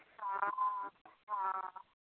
ହଁ ହଁ ହଁ